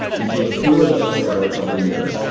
you do a few of those over couple of years,